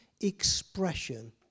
expression